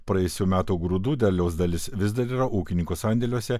praėjusių metų grūdų derliaus dalis vis dar yra ūkininkų sandėliuose